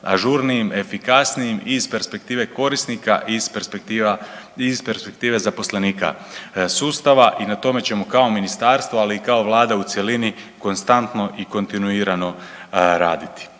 ažurnijim, efikasnijim i iz perspektive korisnike i iz perspektive zaposlenika sustava i na tome ćemo kao ministarstvo, ali i kao Vlada u cjelini konstantno i kontinuirano raditi.